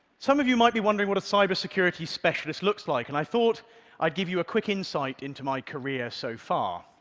some of you might be wondering what a cybersecurity specialist looks like, and i thought i'd give you a quick insight into my career so far.